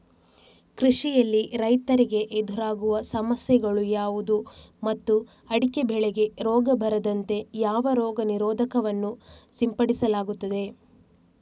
ಕೃಷಿಯಲ್ಲಿ ರೈತರಿಗೆ ಎದುರಾಗುವ ಸಮಸ್ಯೆಗಳು ಯಾವುದು ಮತ್ತು ಅಡಿಕೆ ಬೆಳೆಗೆ ರೋಗ ಬಾರದಂತೆ ಯಾವ ರೋಗ ನಿರೋಧಕ ವನ್ನು ಸಿಂಪಡಿಸಲಾಗುತ್ತದೆ?